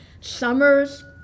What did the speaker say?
summers